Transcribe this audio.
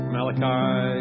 Malachi